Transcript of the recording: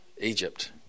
Egypt